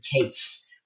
case